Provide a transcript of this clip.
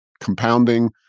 compounding